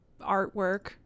artwork